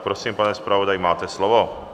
Prosím, pane zpravodaji, máte slovo.